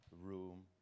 room